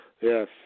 Yes